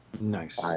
nice